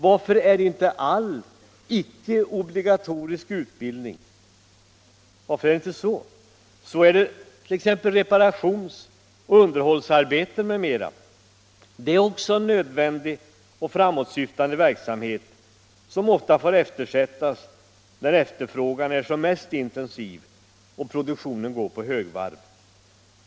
Varför betraktar de då inte all icke obligatorisk utbildning så? Reparationsoch underhållsarbeten m.m. är också nödvändig och framåtsyftande verksamhet som ofta får eftersättas när efterfrågan är som mest intensiv och produktionen går på högvarv.